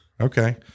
Okay